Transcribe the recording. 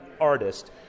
artist